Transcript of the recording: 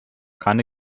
keine